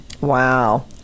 Wow